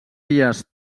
illes